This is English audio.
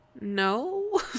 no